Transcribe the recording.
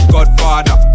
Godfather